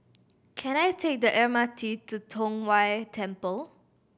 can I take the M R T to Tong Whye Temple